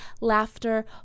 laughter